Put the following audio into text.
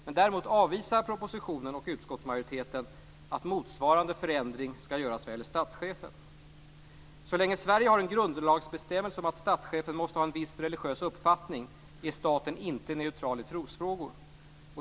Men däremot avvisas både i propositionen och av utskottsmajoriteten att motsvarande förändring skall göras vad gäller statschefen. Så länge Sverige har en grundlagsbestämmelse om att statschefen måste ha en viss religiös uppfattning är staten inte neutral i trosfrågor.